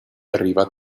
arriva